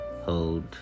hold